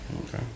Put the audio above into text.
Okay